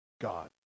God